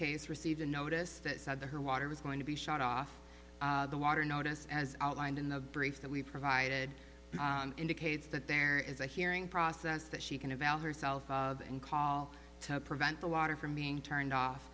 case received a notice that said that her water was going to be shot off the water notice as outlined in the brief that we provided indicates that there is a hearing process that she can avail herself of and call to prevent the water from being turned off